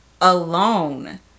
alone